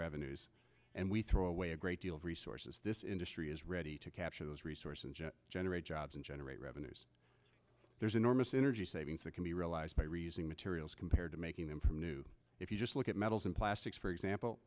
revenues and we throw away a great deal of resources this industry is ready to capture those resource and generate jobs and generate revenues there's enormous energy savings that can be realized by raising materials compared to making them if you just look at metals and plastics for example